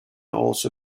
also